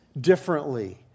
differently